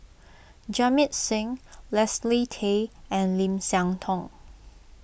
Jamit Singh Leslie Tay and Lim Siah Tong